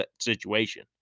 situation